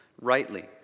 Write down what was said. rightly